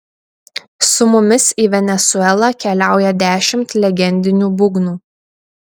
su mumis į venesuelą keliauja dešimt legendinių būgnų